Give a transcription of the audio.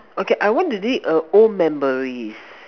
okay I want to delete err old memories